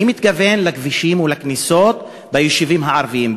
אני מתכוון לכבישים או לכניסות ביישובים הערביים,